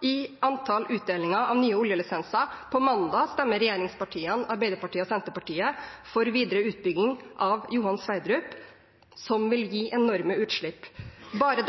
i antall utdelinger av nye oljelisenser. På mandag stemmer regjeringspartiene, Arbeiderpartiet og Senterpartiet for videre utbygging av Johan Sverdrup-feltet, som vil gi enorme utslipp. Bare